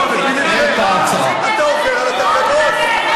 אתה עובר על התקנון.